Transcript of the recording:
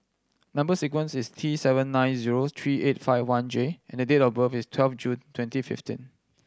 number sequence is T seven nine zero three eight five one J and the date of birth is twelve June twenty fifteen